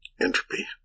entropy